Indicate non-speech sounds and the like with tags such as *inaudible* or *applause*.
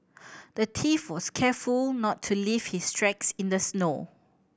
the *unintelligible* was careful not to leave his tracks in the snow